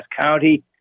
County